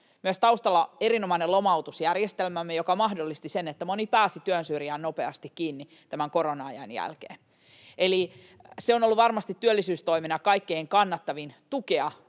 myös erinomainen lomautusjärjestelmämme, joka mahdollisti sen, että moni pääsi työnsyrjään nopeasti kiinni tämän korona-ajan jälkeen. Eli se on ollut varmasti työllisyystoimena kaikkein kannattavin: tukea